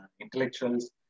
intellectuals